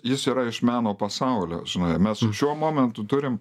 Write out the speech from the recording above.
jis yra iš meno pasaulio žinai ir mes šiuo momentu turim